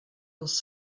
els